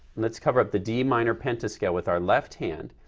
let's cover up the d minor pentascale with our left hand,